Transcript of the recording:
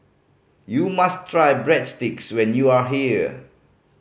you must try Breadsticks when you are here